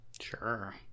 Sure